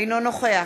אינו נוכח